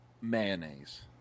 mayonnaise